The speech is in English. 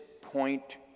point